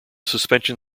suspension